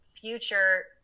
future